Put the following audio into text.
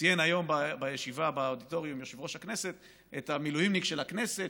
ציין היום בישיבה באודיטוריום יושב-ראש הכנסת את המילואימניק של הכנסת,